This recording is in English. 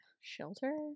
Shelter